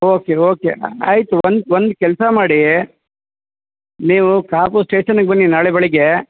okay okay ಆಯಿತು one ಒಂದು ಕೆಲಸ ಮಾಡೀ ನೀವು ಕಾಪು ಸ್ಟೇಷನಿಗೆ ಬನ್ನಿ ನಾಳೆ ಬೆಳಗ್ಗೆ